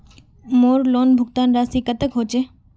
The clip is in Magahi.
मोर लोन भुगतान राशि कतेक होचए?